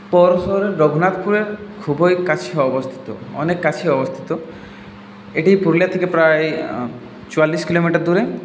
রঘুনাথপুরের খুবই কাছে অবস্থিত অনেক কাছেই অবস্থিত এটি পুরুলিয়া থেকে প্রায় চুয়াল্লিশ কিলোমিটার দূরে